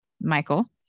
michael